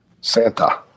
Santa